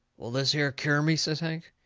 will this here cure me? says hank.